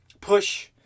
push